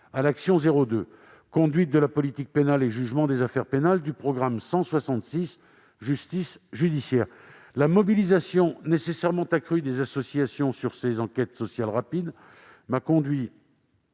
à l'action n° 02, Conduite de la politique pénale et jugement des affaires pénales, du programme 166, « Justice judiciaire ». La mobilisation nécessairement accrue des associations qui mènent ces enquêtes sociales rapides m'a conduit